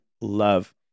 Love